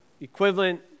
Equivalent